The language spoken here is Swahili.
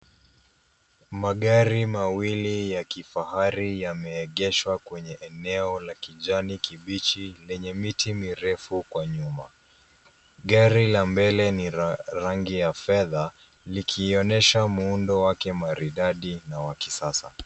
Magari mawili ya kifahari yameegeshwa kwenye eneo la kijani kibichi lenye miti mirefu kwa nyuma. Gari la mbele ni la rangi ya fedha likionyesha muundo wake maridadi na wa kisasa.